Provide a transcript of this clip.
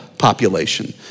population